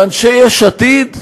ואנשי יש עתיד,